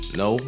no